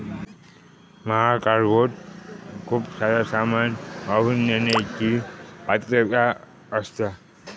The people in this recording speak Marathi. महाकार्गोत खूप सारा सामान वाहून नेण्याची पात्रता असता